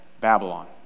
Babylon